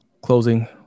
closing